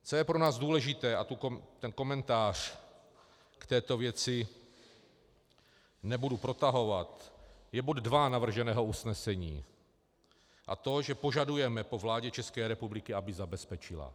Co je pro nás důležité, a ten komentář k této věci nebudu protahovat, je bod dva navrženého usnesení, a to že požadujeme po vládě České republiky, aby zabezpečila...